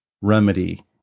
remedy